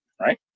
right